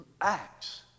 acts